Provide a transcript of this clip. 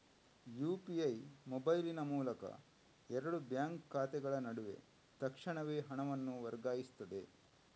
UPI ಮೊಬೈಲಿನ ಮೂಲಕ ಎರಡು ಬ್ಯಾಂಕ್ ಖಾತೆಗಳ ನಡುವೆ ತಕ್ಷಣವೇ ಹಣವನ್ನು ವರ್ಗಾಯಿಸ್ತದೆ